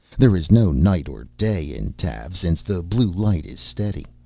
there is no night or day in tav since the blue light is steady.